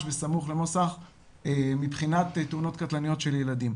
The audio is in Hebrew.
בסמוך למוסד חינוכי מבחינת תאונות קטלניות של ילדים.